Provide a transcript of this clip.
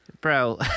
bro